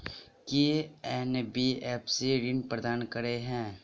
की NBFC ऋण प्रदान करे है?